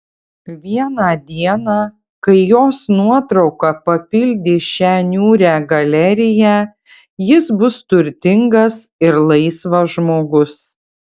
vieną dieną kai jos nuotrauka papildys šią niūrią galeriją jis bus turtingas ir laisvas žmogus